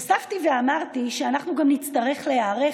הוספתי ואמרתי שגם אנחנו נצטרך להיערך